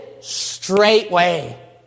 straightway